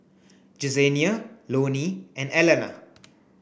Jesenia Loney and Alana